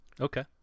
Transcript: okay